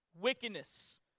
wickedness